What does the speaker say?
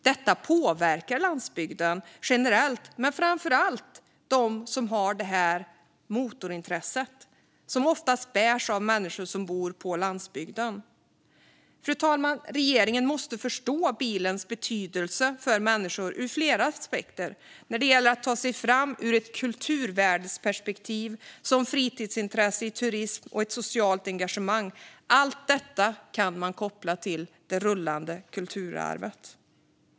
Det påverkar landsbygden generellt men framför allt dem som har motorintresset. Det bärs oftast av människor som bor på landsbygden. Fru talman! Regeringen måste förstå bilens betydelse för människor ur flera aspekter. Det gäller att ta sig fram i ett kulturvärdesperspektiv, som fritidsintresse, för turism och som ett socialt engagemang. Allt detta kan man koppla till det rullande kulturarvet.